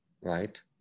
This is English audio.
right